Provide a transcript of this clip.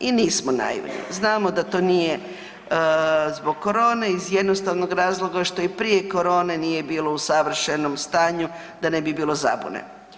I nismo naivni znamo da to nije zbog korone iz jednostavnog razloga što i prije korone nije bilo u savršenom stanju da ne bi bilo zabune.